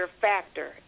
factor